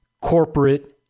corporate